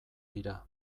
dira